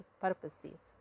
purposes